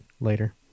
later